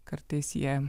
kartais jie